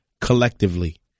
collectively